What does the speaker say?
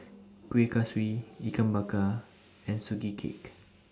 Kueh Kaswi Ikan Bakar and Sugee Cake